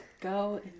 go